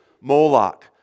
Moloch